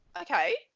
Okay